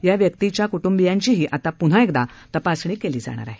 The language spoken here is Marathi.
या व्यक्तीच्या कुटुंबियांचीही आता पुन्हा एकदा तपासणी केली जाणार आहे